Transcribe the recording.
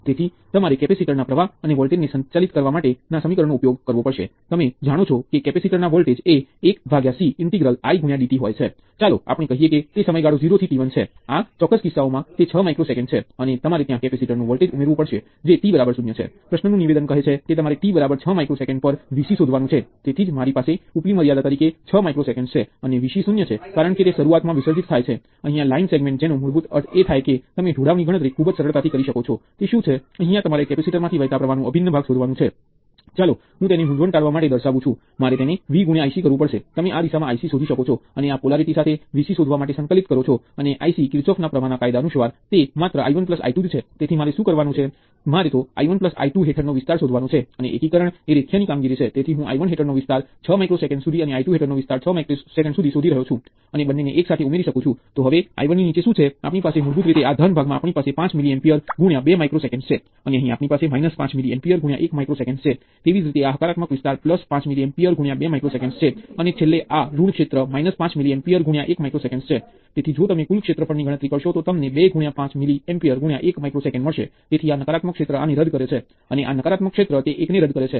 અને તમે આ A ના વોલ્ટેજને VA દ્વારા તત્વ B ના વોલ્ટેજને VBવોલ્ટેજ દ્વારા અને આ C ના વોલ્ટેજને VCદ્વારા સૂચવો છોઆ ઘટકો છે અને આપણે ઉપલા અને નીચલા ટર્મિનલ્સ વચ્ચેના વોલ્ટેજ ને Vx દ્વારા સૂચવીએ છીએ પછી આપણે આ લૂપ ની આજુબાજુ કિર્ચહોફના વોલ્ટેજ નો નિયમ લાગુ કરીએ તો સમીકરણને Vx VA VB VC 0 અથવા તો Vx VA VB VCલખી શકીએ બરાબર છે દેખીતી રીતે આનો અર્થ એ છે કે સીરિઝ સંયોજન ના અંત સુધીના વોલ્ટેજ આ આખી વાતનો સંદર્ભ અહીં વ્યક્તિગત વોલ્ટેજની રકમની બરાબર છે